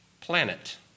planet